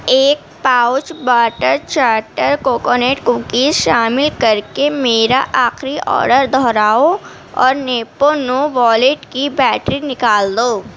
ایک پاؤچ باٹر چاٹر کوکونٹ کوکیز شامل کر کے میرا آخری آڈر دوہراؤ اور نیپو نو والیٹ کی بیٹری نکال دو